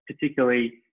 particularly